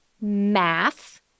math